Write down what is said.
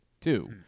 two